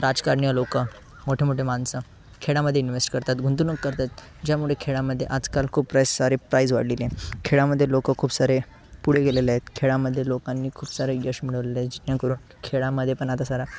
राजकारणीय लोक मोठे मोठे माणसं खेळामध्ये इन्व्हेस्ट करतात गुंतवणूक करतात ज्यामुळे खेळामध्ये आजकाल खूपच सारे प्राईज वाढलेली आहे खेळामध्ये लोक खूप सारे पुढे गेलेले आहेत खेळामध्ये लोकांनी खूप सारे यश मिळवलेले आहे जेणेकरून खेळामध्ये पण आता सारा